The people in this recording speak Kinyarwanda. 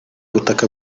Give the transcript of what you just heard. butaka